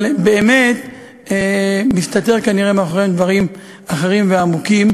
אבל באמת כנראה מסתתרים מאחוריהם דברים אחרים ועמוקים,